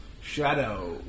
shadow